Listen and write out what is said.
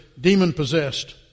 demon-possessed